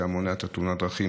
שזה היה מונע את תאונת הדרכים,